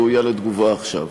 היא ראויה לתגובה עכשיו.